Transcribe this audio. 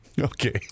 okay